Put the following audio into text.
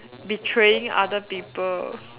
betraying other people